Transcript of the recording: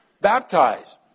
Baptized